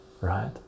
right